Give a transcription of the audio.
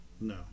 No